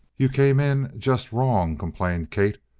you came in just wrong, complained kate,